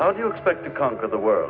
how do you expect to conquer the wor